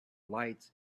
lights